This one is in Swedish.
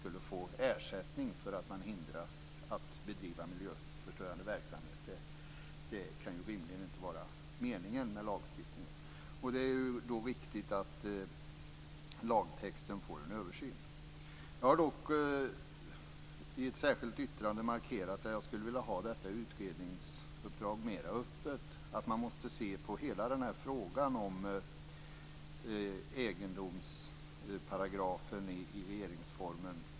Det kan rimligen inte vara meningen med lagstiftningen. Det är därför viktigt att lagtexten ses över. Jag har dock i ett särskilt yttrande markerat att jag skulle vilja att utredningsmandatet blev mer öppet. Man måste på ett öppet sätt pröva i princip hela frågan om egendomsparagrafen i regeringsformen.